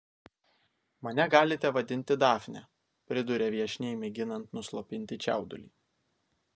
mane galite vadinti dafne priduria viešniai mėginant nuslopinti čiaudulį